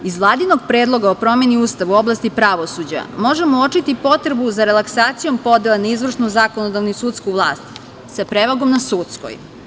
Iz Vladinog predloga o promeni Ustava u oblasti pravosuđa možemo uočiti potrebu za relaksacijom podela na izvršnu, zakonodavnu i sudsku vlast, sa prevagom na sudskoj.